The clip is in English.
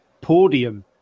podium